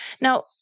Now